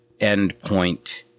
endpoint